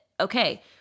okay